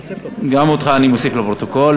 גם אותך אני מוסיף לפרוטוקול.